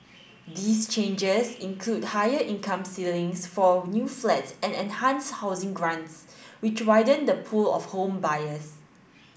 these changes include higher income ceilings for new flats and enhanced housing grants which widen the pool of home buyers